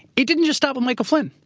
it didn't just stop with michael flynn.